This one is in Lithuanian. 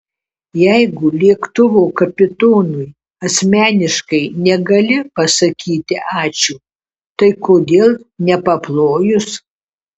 jeigu lėktuvo kapitonui asmeniškai negali pasakyti ačiū tai kodėl nepaplojus